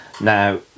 Now